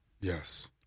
Yes